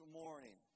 morning